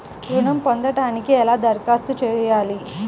ఋణం పొందటానికి ఎలా దరఖాస్తు చేయాలి?